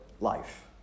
life